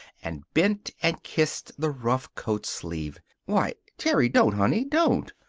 and bent and kissed the rough coat sleeve. why, terry! don't, honey. don't!